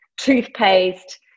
Toothpaste